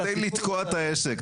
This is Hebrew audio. אני אגיד את זה במקום אורנה שוב פעם,